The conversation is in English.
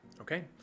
Okay